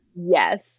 Yes